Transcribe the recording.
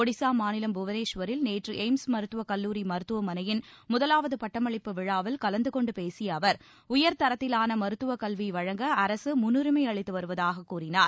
ஒடிசா மாநிலம் புவனேஷ்வரில் நேற்று எய்ம்ஸ் மருத்துவக் கல்லூரி மருத்துவமனையின் முதலாவது பட்டமளிப்பு விழாவில் கலந்து கொண்டு பேசிய அவர் உயர்தரத்திவான மருத்துவக் கல்வி வழங்க அரசு முன்னுரிமை அளித்து வருவதாக கூறினார்